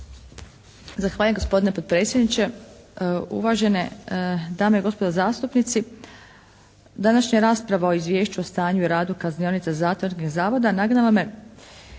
Zahvaljujem gospodine potpredsjedniče, uvažene dame i gospodo zastupnici. Današnja rasprava o Izvješću o stanju i radu kaznionica zatvorskih zavoda nagnala me,